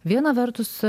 viena vertus